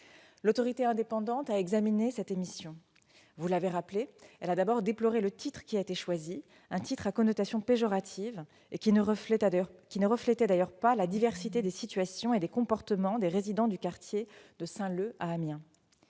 L'autorité indépendante a examiné cette émission. Vous l'avez rappelé, elle en a déploré le titre, à connotation péjorative et ne reflétant d'ailleurs pas la diversité des situations et des comportements des résidents du quartier de Saint-Leu à Amiens.